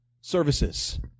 services